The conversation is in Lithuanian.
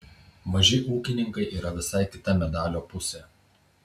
maži ūkininkai yra visai kita medalio pusė